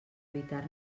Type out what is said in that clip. evitar